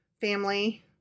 family